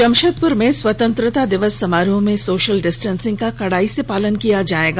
जमशेदप्र में स्वतंत्रता दिवस समारोह में सोशल डिस्टेंसिंग का कड़ाई से पालन किया जाएगा